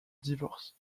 divorce